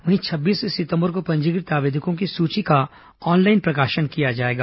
वहीं छब्बीस सितंबर को पंजीकृत आवेदकों की सूची का ऑनलाइन प्रकाशन किया जाएगा